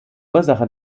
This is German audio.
ursache